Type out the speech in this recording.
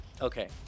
Okay